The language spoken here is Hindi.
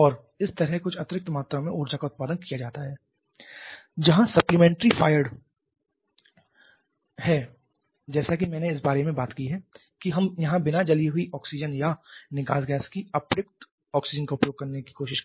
और इस तरह कुछ अतिरिक्त मात्रा में ऊर्जा का उत्पादन किया जाता है जहां supplementary fired है जैसा कि मैंने इस बारे में बात की है कि हम यहां बिना जली हुई ऑक्सीजन या निकास गैस की अप्रयुक्त ऑक्सीजन का उपयोग करने की कोशिश कर रहे हैं